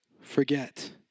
forget